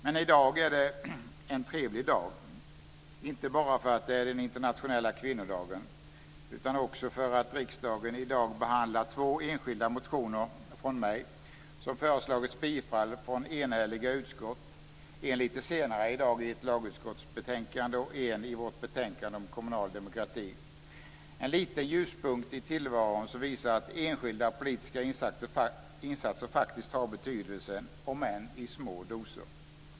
Men i dag är det en trevlig dag, inte bara för att det är Internationella kvinnodagen utan också därför att riksdagen i dag behandlar två enskilda motioner från mig. De har föreslagits bifall från enhälliga utskott, en lite senare i dag i ett lagutskottsbetänkande och en i vårt betänkande om kommunal demokrati. Det är en liten ljuspunkt i tillvaron som visar att enskilda politiska insatser faktiskt har betydelse, om än i små doser.